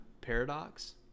paradox